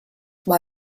war